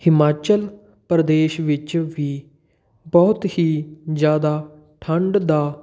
ਹਿਮਾਚਲ ਪ੍ਰਦੇਸ਼ ਵਿੱਚ ਵੀ ਬਹੁਤ ਹੀ ਜ਼ਿਆਦਾ ਠੰਡ ਦਾ